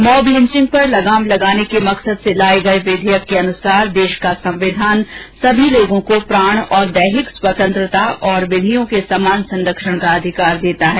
mob lynching पर लगाम लगाने के मकसद से लाए गए विधेयक के अनुसार देश का संविधान सभी लोगों को प्राण और दैहिक स्वतंत्रता और विधियों के समान संरक्षण के अधिकार देता है